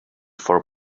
for